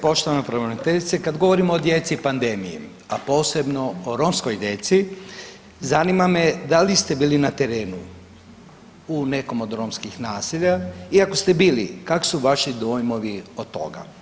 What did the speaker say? Poštovana pravobraniteljice kad govorimo o djeci i pandemiji, a posebno o romskoj djeci zanima me da li ste bili na terenu u nekom od romskih naselja i ako ste bili kakvi su vaši dojmovi od toga.